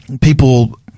people